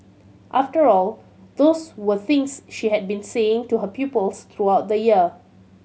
after all those were things she had been saying to her pupils throughout the year